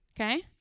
okay